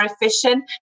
efficient